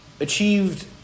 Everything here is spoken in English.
achieved